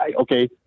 Okay